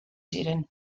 ziren